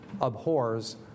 abhors